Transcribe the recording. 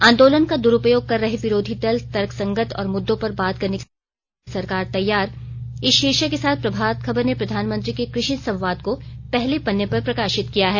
आंदोलन का दुरूपयोग कर रहे विरोधी दल तर्कसंगत और मुद्दों पर बात करने के लिए सरकार तैयार इस शीर्षक के साथ प्रभात खबर ने प्रधानमंत्री के कृषि संवाद को पहले पन्ने पर प्रकाशित किया है